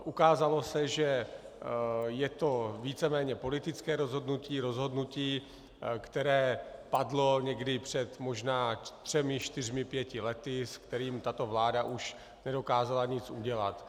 Ukázalo se, že je to víceméně politické rozhodnutí, které padlo někdy před možná třemi čtyřmi pěti lety, se kterým tato vláda už nedokázala nic udělat.